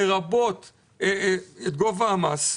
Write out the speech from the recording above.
לרבות גובה המס.